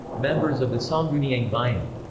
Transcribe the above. members of the sangguniang bayan